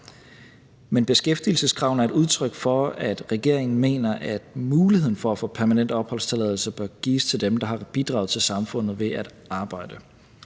Men beskæftigelseskravene er et udtryk for, at regeringen mener, at muligheden for at få permanent opholdstilladelse bør gives til dem, der har bidraget til samfundet ved at arbejde.